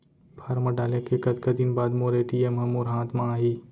Form डाले के कतका दिन बाद मोर ए.टी.एम ह मोर हाथ म आही?